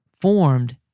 formed